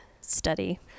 study